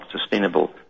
sustainable